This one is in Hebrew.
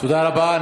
תודה רבה.